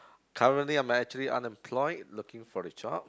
currently I am actually unemployed looking for a job